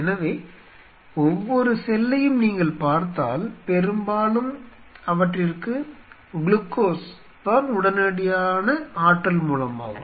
எனவே ஒவ்வொரு செல்லையும் நீங்கள் பார்த்தால் பெரும்பாலும் அவற்றிற்கு குளுக்கோஸ் தான் உடனடியான ஆற்றல் மூலமாகும்